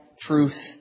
truth